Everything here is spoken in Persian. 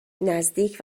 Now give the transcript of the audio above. نزدیک